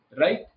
Right